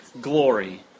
glory